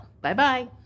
Bye-bye